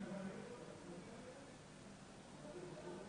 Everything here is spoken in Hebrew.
המדינה תממן את כל העלויות